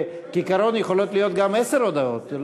כעיקרון, יכולות להיות גם עשר הודעות.